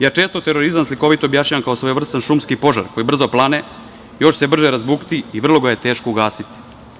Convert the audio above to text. Ja često terorizam slikovito objašnjavam, kao svojevrsan šumski požar koji brzo plane, još se brže razbukti i vrlo ga je teško ugasiti.